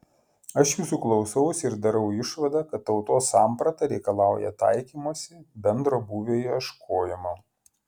aš jūsų klausausi ir darau išvadą kad tautos samprata reikalauja taikymosi bendro būvio ieškojimo